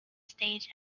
stage